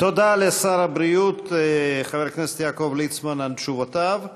תודה לשר הבריאות חבר הכנסת ליצמן על תשובותיו.